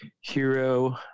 hero